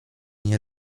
nie